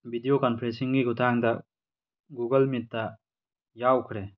video ꯀꯟꯐ꯭ꯔꯦꯟꯁꯤꯡꯒꯤ ꯈꯨꯊꯥꯡꯗ Google ꯃꯤꯠꯇ ꯌꯥꯎꯈ꯭ꯔꯦ